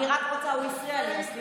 הוא הפריע לי, סליחה.